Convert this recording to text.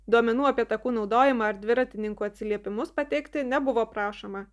duomenų apie takų naudojimą ar dviratininkų atsiliepimus pateikti nebuvo prašoma